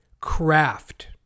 Craft